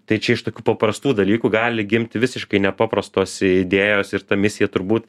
tai čia iš tokių paprastų dalykų gali gimti visiškai nepaprastos idėjos ir ta misija turbūt